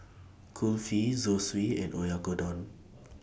Kulfi Zosui and Oyakodon